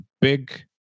big